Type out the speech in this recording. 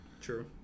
True